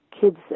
kids